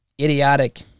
idiotic